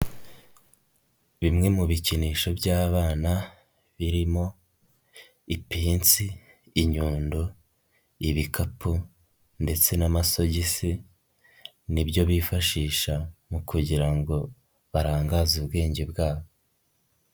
Bimwe mu bikinisho by'abana birimo ipensi, inyundo, ibikapu ndetse n'amasogisi ni byo bifashisha mu kugira ngo barangaze ubwenge bwabo.